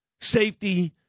Safety